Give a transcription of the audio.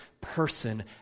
person